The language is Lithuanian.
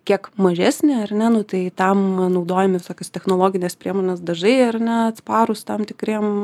kiek mažesnį ar ne nu tai tam naudojami visokios technologinės priemonės dažai ar ne atsparūs tam tikriem